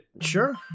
Sure